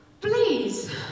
Please